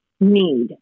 need